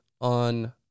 on